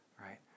right